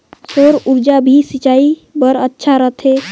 सौर ऊर्जा भी सिंचाई बर अच्छा रहथे?